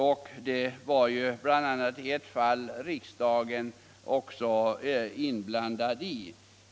I ett av fallen var också riksdagen inblandad.